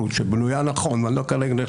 אדוני היו"ר,